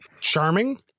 Charming